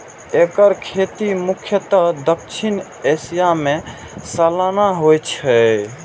एकर खेती मुख्यतः दक्षिण एशिया मे सालाना होइ छै